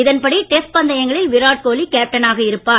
இதன்படி டெஸ்ட் பந்தயங்களில் விராட் கோலி கேப்டனாக இருப்பார்